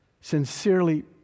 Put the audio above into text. sincerely